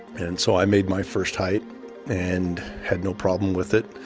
and so i made my first height and had no problem with it,